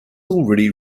already